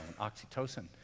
oxytocin